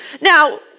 Now